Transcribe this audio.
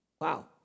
Wow